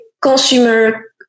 consumer